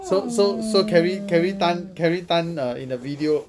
so so so carrie carrie tan carrie tan uh in the video